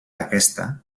aquesta